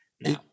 Now